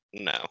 no